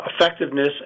effectiveness